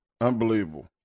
Unbelievable